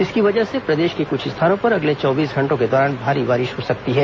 इसकी वजह से प्रदेश के कुछ स्थानों पर अगले चौबीस घंटों के दौरान भारी बारिश हो सकती है